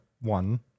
one